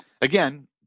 again